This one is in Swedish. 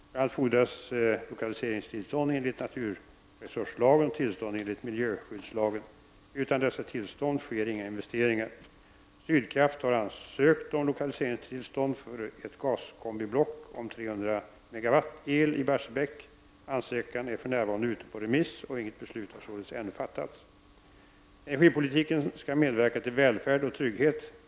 Bl.a. fordras lokaliseringstillstånd enligt naturresurslagen och tillstånd enligt miljöskyddslagen. Utan dessa tillstånd sker inga investeringar. Sydkraft har ansökt om lokaliseingstillstånd för ett gaskombiblock om 300 MW el i Barsebäck. Ansökan är för närvarande ute på remiss, och inget beslut har således ännu fattats. Energipolitiken skall medverka till välfärd och trygghet.